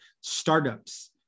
startups